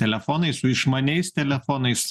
telefonais su išmaniais telefonais